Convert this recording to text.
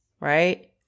Right